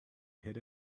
hit